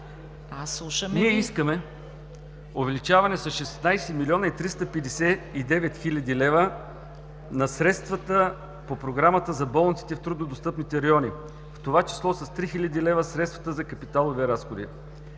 Ние искаме увеличаване с 16 млн. 359 хил. лв. на средствата по програмата за болниците в трудно достъпните райони, в това число с 3 хил. лв. средствата за капиталови разходи.